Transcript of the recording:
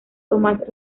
tomás